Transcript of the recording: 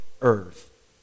earth